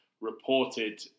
reported